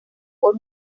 por